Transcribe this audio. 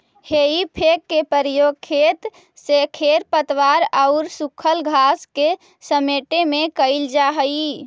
हेइ fork के प्रयोग खेत से खेर पतवार औउर सूखल घास के समेटे में कईल जा हई